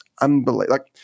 unbelievable